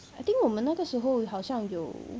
I think 我们那个时候好像有